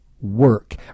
work